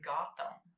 Gotham